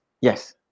yes